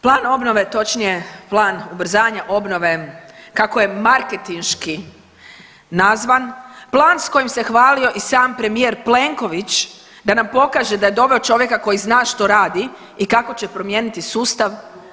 Plan obnove točnije plan ubrzanja obnove kako je marketinški nazvan plan s kojim se hvalio i sam premijer Plenković da nam pokaže da je doveo čovjeka koji zna što radi i kako će promijeniti sustav.